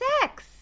sex